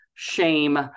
Shame